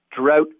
drought